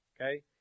okay